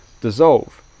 dissolve